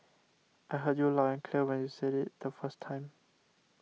I heard you loud and clear when you said it the first time